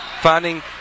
finding